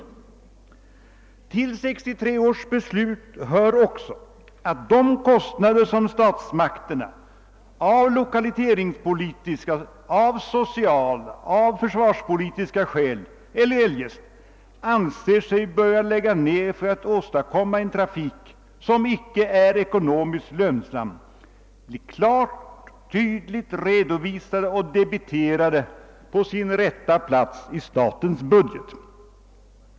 Till 1963 års beslut hör också att de kostnader som statsmakterna av lokaliseringspolitiska, sociala, försvarspolitiska eller andra skäl anser sig böra lägga ned för att åstadkomma en trafik som inte är ekonomiskt lönsam blir klart och tydligt redovisade och debiterade på rätt plats i statens budget.